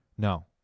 No